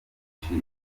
akenshi